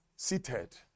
seated